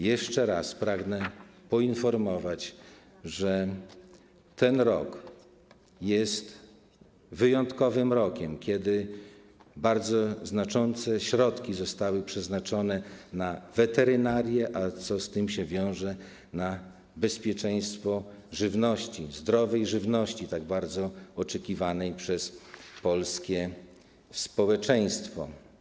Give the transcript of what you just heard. Jeszcze raz pragnę poinformować, że ten rok jest wyjątkowym rokiem, kiedy to bardzo znaczące środki zostały przeznaczone na weterynarię, a co się z tym wiąże także na bezpieczeństwo żywności, zdrowej żywności, tak bardzo oczekiwanej przez polskie społeczeństwo.